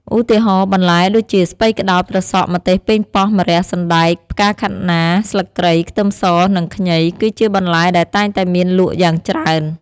ឧទាហរណ៍បន្លែដូចជា ស្ពៃក្តោប ត្រសក់ ម្ទេស ប៉េងប៉ោះ ម្រះ សណ្តែក ផ្កាខាត់ណា ស្លឹកគ្រៃ ខ្ទឹមស និងខ្ញី គឺជាបន្លែដែលតែងតែមានលក់យ៉ាងច្រើន។